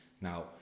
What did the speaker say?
now